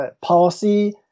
policy